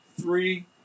three